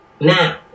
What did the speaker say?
Now